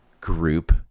group